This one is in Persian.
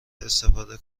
استفاده